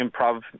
improv